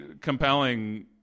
compelling